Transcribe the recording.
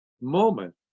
moment